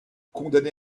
condamné